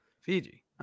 Fiji